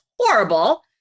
horrible